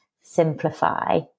simplify